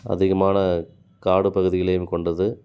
அதிகமான காடு பகுதிகளையும் கொண்டது